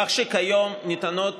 כך שכיום ניתנות